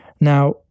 Now